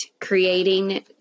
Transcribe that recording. creating